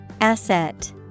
Asset